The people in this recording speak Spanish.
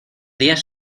días